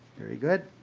very good.